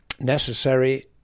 Necessary